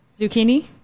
zucchini